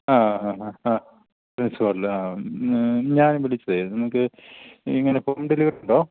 ആ ഹ ഹാ ആ ഞാൻ വിളിച്ചതേ നിങ്ങൾക്ക് ഇങ്ങനെ ഹോം ഡെലിവറി ഉണ്ടോ